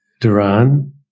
Duran